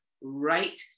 right